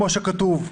כפי שכתוב,